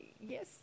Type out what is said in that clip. yes